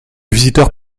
visiteurs